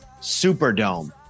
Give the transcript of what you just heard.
Superdome